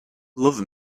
love